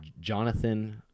Jonathan